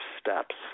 steps